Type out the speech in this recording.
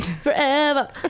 Forever